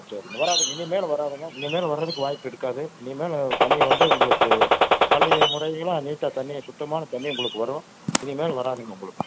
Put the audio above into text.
சரி வராதுங்க இனிமேல் வராதுங்க இனிமேல் வர்றதுக்கு வாய்ப்பு இருக்காது இனிமேல் தண்ணி வந்து உங்களுக்கு பழைய முறைகளில் நீட்டாக தண்ணி சுத்தமான தண்ணி உங்களுக்கு வரும் இனிமேல் வராதுங்க உங்களுக்கு